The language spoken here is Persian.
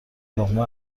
لقمه